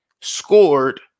scored